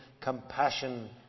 compassion